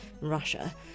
Russia